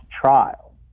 trial